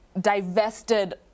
divested